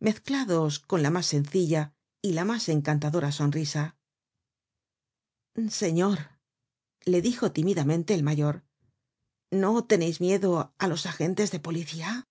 mezclados con la mas sencilla y la mas encantadora sonrisa señor le dijo tímidamente el mayor no teneis miedo á los agentes de policía